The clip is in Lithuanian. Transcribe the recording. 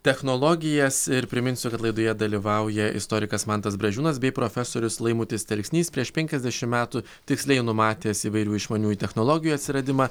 technologijas ir priminsiu kad laidoje dalyvauja istorikas mantas bražiūnas bei profesorius laimutis telksnys prieš penkiasdešimt metų tiksliai numatęs įvairių išmaniųjų technologijų atsiradimą